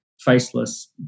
faceless